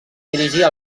dirigia